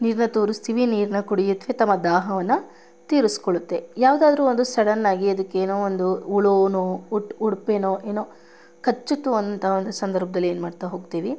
ನೀರನ್ನ ತೋರಿಸ್ತೀವಿ ನೀರನ್ನ ಕುಡಿಯುತ್ತವೆ ತಮ್ಮ ದಾಹವನ್ನು ತೀರಿಸಿಕೊಳ್ಳುತ್ತೆ ಯಾವುದಾದರೂ ಒಂದು ಸಡನ್ನಾಗಿ ಅದಕ್ಕೆ ಏನೋ ಒಂದು ಹುಳುವೋ ಹಡಪೆನೋ ಏನೋ ಕಚ್ಚುತ್ತವಂತ ಒಂದು ಸಂದರ್ಭದಲ್ಲಿ ಏನು ಮಾಡ್ತಾ ಹೋಗ್ತೀವಿ